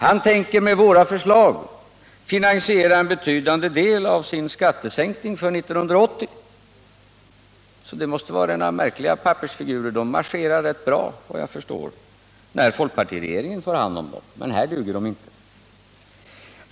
Han tänker med våra förslag finansiera en betydande del av sin skattesänkning för 1980, så det måste vara ena märkliga pappersfigurer. De marscherar rätt bra, vad jag förstår, när folkpartiregeringen får hand om dem, men här duger de inte.